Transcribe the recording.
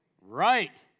Right